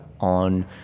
on